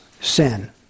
sin